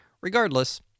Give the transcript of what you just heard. Regardless